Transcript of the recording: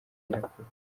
nyirakuru